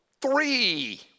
three